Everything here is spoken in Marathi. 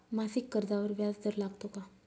मासिक कर्जावर व्याज दर लागतो का?